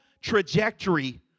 trajectory